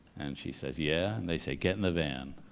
and she says, yeah. and they say, get in the van.